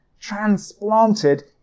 transplanted